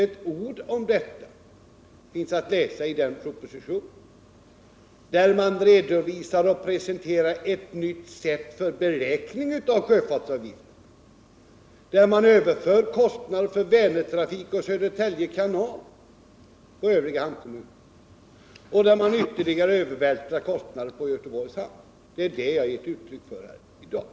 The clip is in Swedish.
Det finns inte ett ord att läsa om detta i propositionen, där det presenteras ett nytt sätt för beräkning av sjöfartsavgifterna, där man överför kostnaderna för Vänertrafiken och Södertälje kanal på övriga hamnkommuner och där man dessutom övervältrar kostnader på Göteborgs hamn. Det är detta jag har tagit upp här i dag.